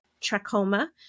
trachoma